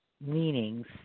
meanings